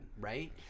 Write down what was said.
right